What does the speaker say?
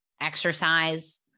exercise